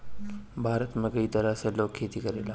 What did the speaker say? भारत में कई तरह से लोग खेती करेला